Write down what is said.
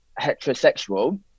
heterosexual